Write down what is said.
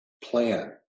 Plan